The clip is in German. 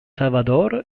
salvador